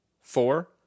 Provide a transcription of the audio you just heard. four